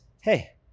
hey